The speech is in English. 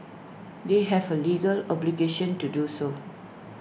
they have A legal obligation to do so